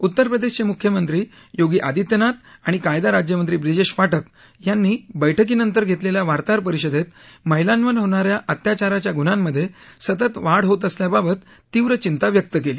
उत्तर प्रदेशचे मुख्यमंत्री योगी आदित्यनाथ आणि कायदा राज्यमंत्री ब्रिजेश पाठक यांनी बैठकीनंतर घेतलेल्या वार्ताहर परिषदेत महिलांवर होणाऱ्या अत्याचाराच्या गुन्ह्यामधे सतत वाढ होत असल्याबाबत तीव्र चिंता व्यक्त केली